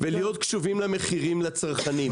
-- ולהיות קשובים למחירים לצרכנים.